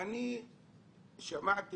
אני שמעתי